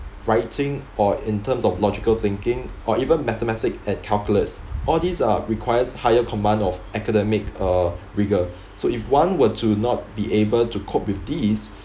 writing or in terms of logical thinking or even mathematics and calculus all these are requires higher command of academic uh rigour so if one were to not be able to cope with these